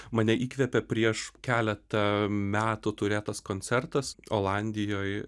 mane įkvepia prieš keletą metų turėtas koncertas olandijoj